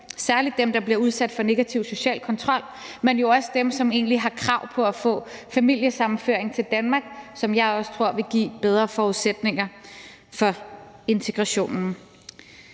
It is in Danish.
særlig dem, der bliver udsat for negativ social kontrol, men jo også dem, som egentlig har krav på at få familiesammenføring til Danmark, hvilket jeg også tror vil give bedre forudsætninger for integrationen.